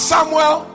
Samuel